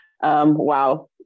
wow